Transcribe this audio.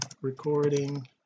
recording